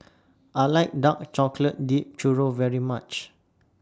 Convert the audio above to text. I like Dark Chocolate Dipped Churro very much